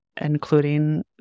including